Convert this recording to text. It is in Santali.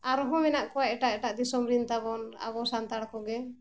ᱟᱨᱦᱚᱸ ᱢᱮᱱᱟᱜ ᱠᱚᱣᱟ ᱮᱴᱟᱜ ᱮᱴᱟᱜ ᱫᱤᱥᱚᱢ ᱨᱤᱱ ᱛᱟᱵᱚᱱ ᱟᱵᱚ ᱥᱟᱱᱛᱟᱲ ᱠᱚᱜᱮ